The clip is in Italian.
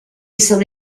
sono